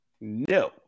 No